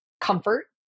comfort